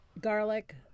garlic